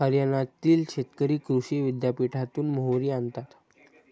हरियाणातील शेतकरी कृषी विद्यापीठातून मोहरी आणतात